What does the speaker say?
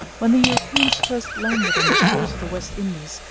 when the europeans first landed on the shores of the west indies,